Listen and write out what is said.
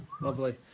Lovely